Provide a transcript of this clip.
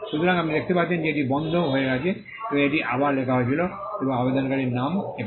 সুতরাং আপনি দেখতে পাচ্ছেন যে এটি বন্ধ হয়ে গেছে এবং এটি আবার লেখা হয়েছিল এবং আবেদনকারীদের নাম এখানে